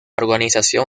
organización